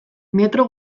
metro